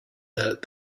that